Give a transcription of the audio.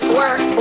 work